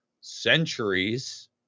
centuries